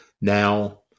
Now